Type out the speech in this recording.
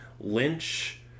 Lynch